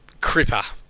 Cripper